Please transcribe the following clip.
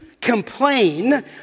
complain